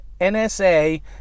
NSA